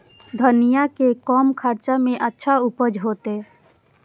धनिया के कम खर्चा में अच्छा उपज होते?